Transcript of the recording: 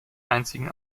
einzigen